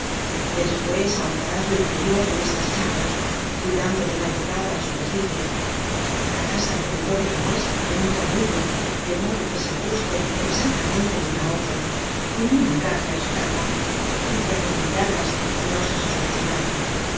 despues ahondarás lo interior de estas chapas cuidando de no tocar á la superficie harás alrededor la muesca de un tornillo de modo que se ajusten exactamente una á otra como una caja y su tapa y que atornilladas no se sospeche nada